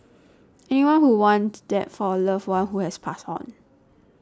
anyone would want that for a loved one who has passed on